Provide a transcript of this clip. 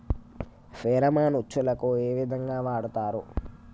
Pheromone ఉచ్చులకు ఏ విధంగా వాడుతరు?